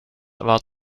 about